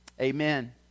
Amen